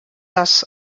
das